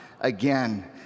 again